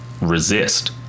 resist